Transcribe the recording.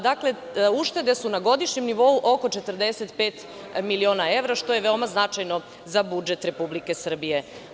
Dakle, uštede su na godišnjem nivou oko 45 miliona evra, što je veoma značajno za budžet Republike Srbije.